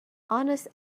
honest